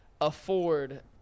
afford